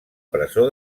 presó